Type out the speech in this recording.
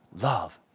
Love